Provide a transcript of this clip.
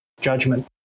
judgment